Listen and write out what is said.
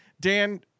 Dan